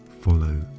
follow